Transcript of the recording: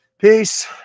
Peace